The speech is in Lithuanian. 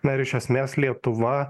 na ir iš esmės lietuva